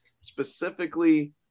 specifically